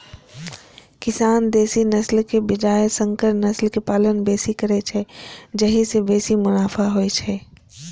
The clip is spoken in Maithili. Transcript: किसान देसी नस्लक बजाय संकर नस्ल के पालन बेसी करै छै, जाहि सं बेसी मुनाफा होइ छै